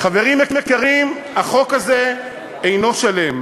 חברים יקרים, החוק הזה אינו שלם,